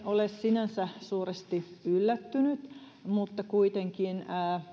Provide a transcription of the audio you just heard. ole sinänsä suuresti yllättynyt mutta kuitenkin